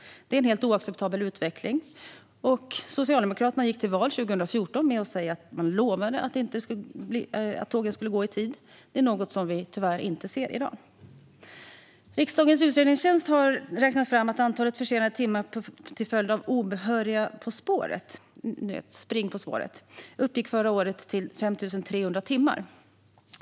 Det är en helt oacceptabel utveckling. Socialdemokraterna gick till val 2014 på att lova att tågen skulle gå i tid. Det är något som vi tyvärr inte ser i dag. Riksdagens utredningstjänst har räknat fram att antalet försenade timmar till följd av obehöriga på spåren, så kallat spårspring, förra året uppgick till 5 300.